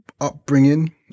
upbringing